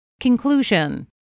Conclusion